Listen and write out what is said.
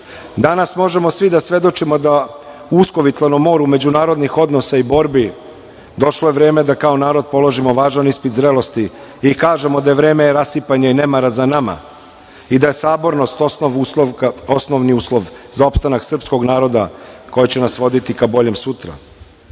Danas možemo svi da svedočimo da je, u uskovitlanom moru međunarodnih odnosa i borbi, došlo vreme da kao narod položimo važan ispit zrelosti i kažemo da je vreme rasipanja i nemara za nama i da je sabornost osnovni uslov za opstanak srpskog naroda, koja će nas voditi ka boljem sutra.